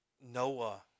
Noah